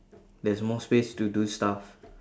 there's more space to do stuff